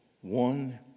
one